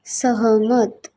सहमत